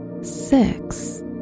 six